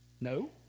No